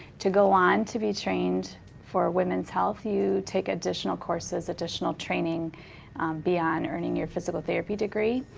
to go on to be trained for women's health, you take additional courses, additional training beyond earning your physical therapy degree.